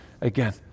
again